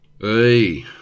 Hey